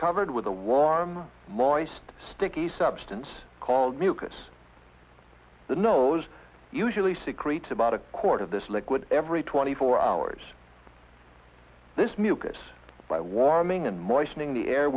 covered with a warm moist sticky substance called mucus the nose usually secrete about a quarter of this liquid every twenty four hours this mucus by warming and